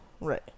right